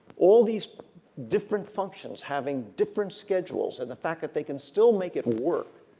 all these different functions having different schedules and the fact that they can still make it work,